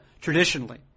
traditionally